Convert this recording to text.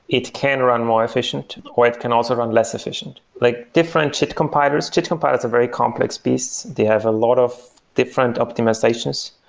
it can run more efficient, or it can also run less efficient. like different jit compilers jit compilers are very complex piece. they have a lot of different optimizations,